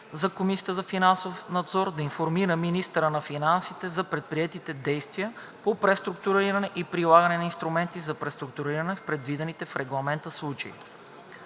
се въвежда задължение за КФН да информира министъра на финансите за предприетите действия по преструктуриране и прилагане на инструменти за преструктуриране в предвидените в регламента случаи.